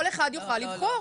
כל אחד יוכל לבחור.